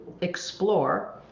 explore